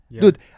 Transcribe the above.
dude